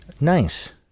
Nice